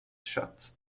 shut